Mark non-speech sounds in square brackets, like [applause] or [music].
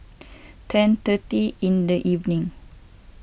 [noise] ten thirty in the evening